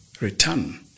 return